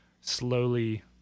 slowly